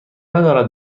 ندارد